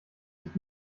nicht